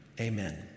Amen